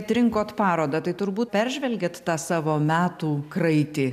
atrinkot parodą tai turbūt peržvelgėt savo metų kraitį